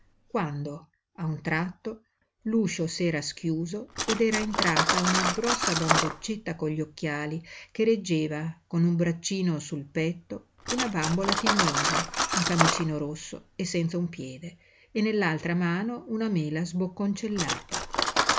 quando a un tratto l'uscio s'era schiuso ed era entrata una grossa bamboccetta con gli occhiali che reggeva con un braccino sul petto una bambola tignosa in camicino rosso e senza un piede e nell'altra mano una mela sbocconcellata